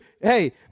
hey